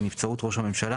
ונבצרות ראש הממשלה